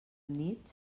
nit